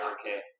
Okay